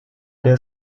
der